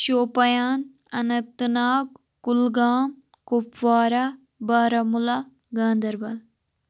Shopian Anantnag Kulgam Kupwara Baramulla Ganderbal